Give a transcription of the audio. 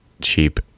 cheap